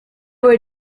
were